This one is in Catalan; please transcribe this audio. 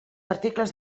articles